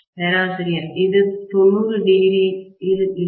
பேராசிரியர் இது 900 இல் இல்லை